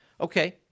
Okay